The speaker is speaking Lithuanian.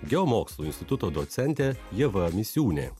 geomokslų instituto docentė ieva misiūnė